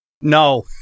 No